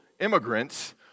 immigrants